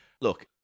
Look